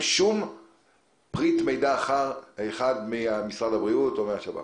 שום פריט מידע אחר ממשרד הבריאות או מהשב"כ?